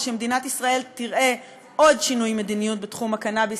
ושמדינת ישראל תראה עוד שינויי מדיניות בתחום הקנאביס,